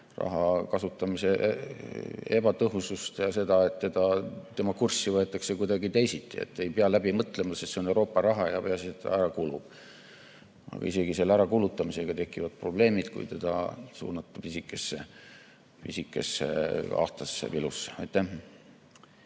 raha kasutamise ebatõhusust ja seda, et tema kurssi võetakse kuidagi teisiti. Ei pea läbi mõtlema, sest see on Euroopa raha ja peaasi, et see ära kulub. Aga isegi selle ärakulutamisega tekkivad probleemid, kui teda suunata pisikesse ahtasse pilusse.